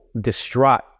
distraught